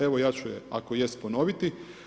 Evo, ja ću je ako jest ponoviti.